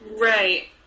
Right